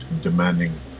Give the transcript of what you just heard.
demanding